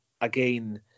again